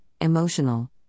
emotional